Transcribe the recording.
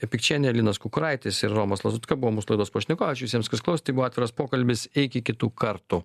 pikčienė linas kukuraitis ir romas lazutka buvo mūsų laidos pašnekovai ačiū visiem kas klausė tai buvo atviras pokalbis iki kitų kartų